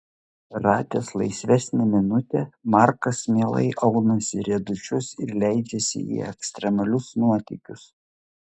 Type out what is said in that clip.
radęs laisvesnę minutę markas mielai aunasi riedučius ir leidžiasi į ekstremalius nuotykius